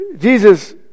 Jesus